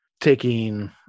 taking